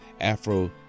Afro